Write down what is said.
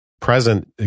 Present